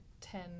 ten